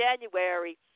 January